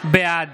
בעד